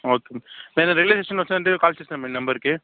అవుతుంది నేను railway station వచ్చిన వెంటనే నేను కాల్ చేస్తాను మ్యాడమ్ మీ నెంబర్కి